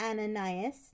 Ananias